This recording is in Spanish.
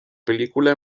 película